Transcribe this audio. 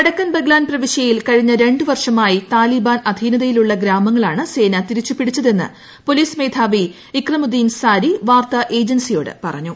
വടക്കൻ ്ബ്ഗ്ലാൻ പ്രവിശ്യയിൽ കഴിഞ്ഞ രണ്ട് വർഷമായി താലിബാൻ ്അധീനതയിലുള്ള ഗ്രാമങ്ങളാണ് സേന തിരിച്ചു പിടിച്ചതെന്ന് പ്ര്യോലീസ് മേധാവി ഇക്രമുദീൻ സാരി വാർത്താ ഏജൻസിയോട് പറഞ്ഞു